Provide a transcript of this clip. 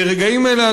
ברגעים אלה,